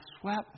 swept